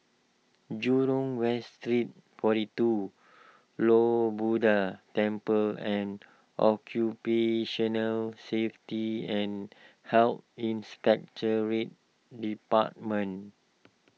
Jurong West Street forty two Lord Buddha Temple and Occupational Safety and Health Inspectorate Department